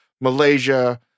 Malaysia